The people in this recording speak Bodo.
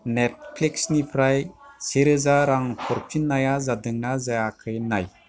नेटफ्लिक्सनिफ्राय सेरोजा रां हरफिन्नाया जादोंना जायाखै नाय